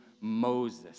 Moses